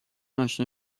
اشنا